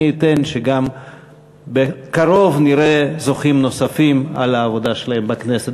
מי ייתן שבקרוב נראה גם זוכים נוספים על העבודה שלהם בכנסת.